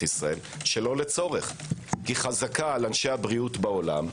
ישראל שלא לצורך כי חזקה על אנשי הבריאות בעולם,